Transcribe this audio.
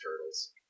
turtles